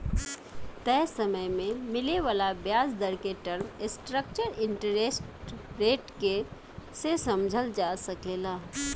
तय समय में मिले वाला ब्याज दर के टर्म स्ट्रक्चर इंटरेस्ट रेट के से समझल जा सकेला